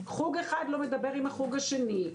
חוג אחד לא מדבר עם החוג השני,